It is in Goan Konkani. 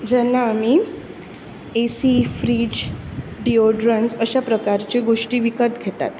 जेन्ना आमी ए सी फ्रीज डियोड्रण्ट्स अश्या प्रकारचे गोष्टी विकत घेतात